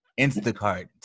Instacart